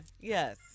Yes